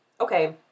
okay